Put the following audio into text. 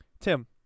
Tim